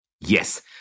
Yes